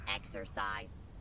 Exercise